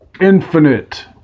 Infinite